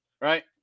Right